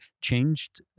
changed